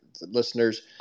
listeners